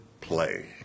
play